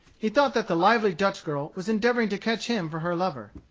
he thought that the lively dutch girl was endeavoring to catch him for her lover.